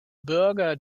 bürger